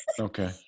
okay